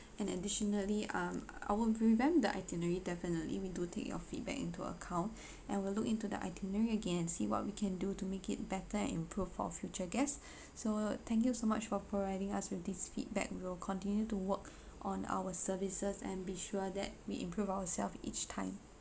and additionally um I will revamp the itinerary definitely we do take your feedback into account and we'll look into the itinerary again see what we can do to make it better and improve for future guests so thank you so much for providing us with these feedback we will continue to work on our services and be sure that we improve ourselves each time